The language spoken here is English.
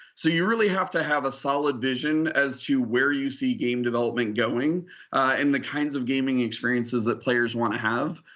so you really have to have a solid vision as to where you see game development going and the kinds of gaming experiences that players want to have.